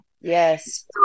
Yes